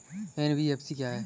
NBFC क्या है?